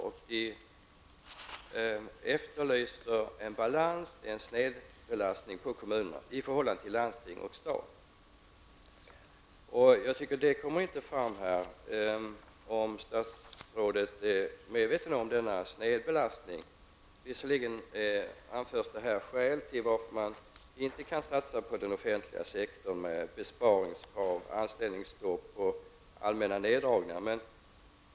Kommunerna efterlyser en balans. I nuvarande läge är det en snedbelastning när det gäller kommunerna i förhållande till landsting och stat. Det framkom inte i svaret om statsrådet är medveten om denna snedbelastning. Visserligen anförs det skäl till att man inte kan satsa på den offentliga sektorn: besparingskrav, anställningsstopp och allmänna neddragningar.